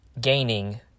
gaining